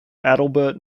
adalbert